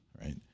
right